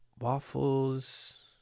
Waffles